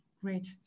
Great